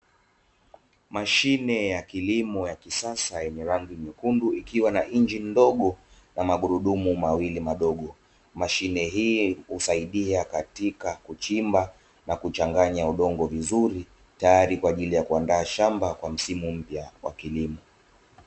Mashine ya kilimo ya kisasa yenye rangi nyekundu, ikiwa na injini ndogo na magurudumu mawili madogo, mashine hii husaidia katika kuchimba na kuchanganya udongo vizuri tayari kwa ajili ya kuandaa shamba kwa msimu mpya wa kilimo.